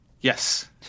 Yes